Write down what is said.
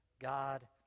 God